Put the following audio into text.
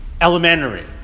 elementary